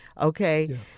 Okay